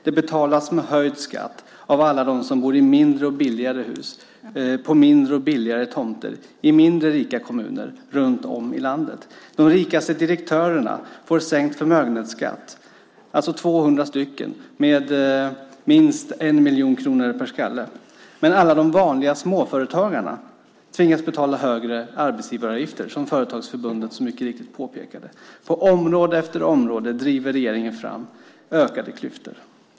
Det betalas med höjd skatt av alla dem som bor i mindre och billigare hus på mindre och billigare tomter i mindre rika kommuner runt om i landet. De rikaste direktörerna får sänkt förmögenhetsskatt, det vill säga 200 personer, med minst 1 miljon kronor per skalle. Alla de vanliga småföretagarna tvingas betala högre arbetsgivaravgifter som Företagarförbundet så riktigt påpekade. På område efter område driver regeringen fram ökade klyftor.